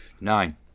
Nine